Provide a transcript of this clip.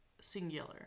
singular